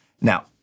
now